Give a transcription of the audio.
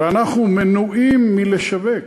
ואנחנו מנועים מלשווק,